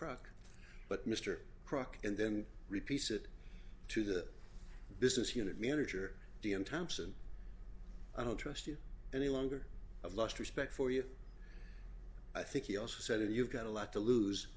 crock but mr kruk and then repeats it to the business unit manager d m thompson i don't trust you any longer i've lost respect for you i think he also said you've got a lot to lose